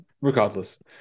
regardless